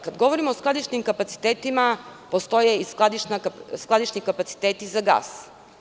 Kada govorim o skladišnim kapacitetima, postoje skladišni kapaciteti za gas.